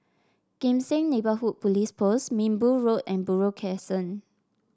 Kim Seng Neighbourhood Police Post Minbu Road and Buroh Crescent